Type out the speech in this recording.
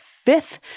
Fifth